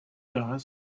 guys